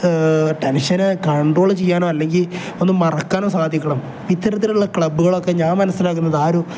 tension control ചെയ്യാനോ അല്ലെങ്കിൽ ഒന്ന് മറക്കാനും സാധിക്കണം ഇത്തരത്തിലുള്ള ക്ലബ്ബുകൾ ഒക്കെ ഞാൻ മനസ്സിലാക്കുന്നത് ആരും